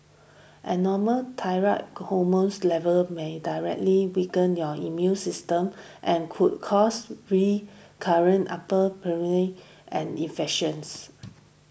abnormal thyroid hormones levels may directly weaken your immune system and could cause recurrent upper and infections